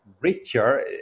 richer